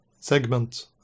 segment